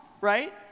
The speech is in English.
right